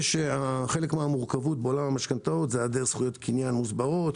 חלק מן המורכבות בעולם המשכנתאות הוא היעדר זכויות קניין מוסברות,